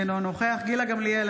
אינו נוכח גילה גמליאל,